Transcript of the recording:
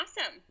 awesome